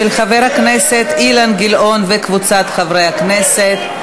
של חבר הכנסת אילן גילאון וקבוצת חברי הכנסת.